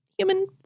human